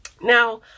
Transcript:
Now